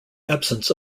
absence